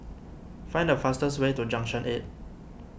find the fastest way to Junction eight